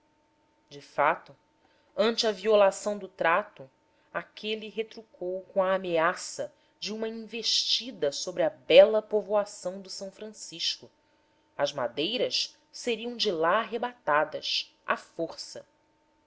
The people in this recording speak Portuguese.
de fato ante a violação do trato aquele retrucou com a ameaça de uma investida sobre a bela povoação do s francisco as madeiras seriam de lá arrebatadas à força